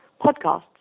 podcasts